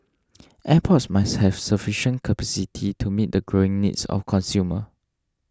airports must have sufficient capacity to meet the growing needs of consumer